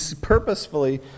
purposefully